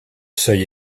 seuil